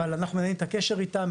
אבל אנחנו מנהלים את הקשר איתם,